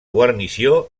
guarnició